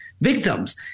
Victims